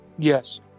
Yes